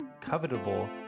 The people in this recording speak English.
covetable